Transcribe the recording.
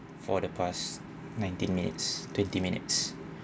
for the past nineteen minutes twenty minutes